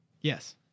Yes